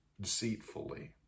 deceitfully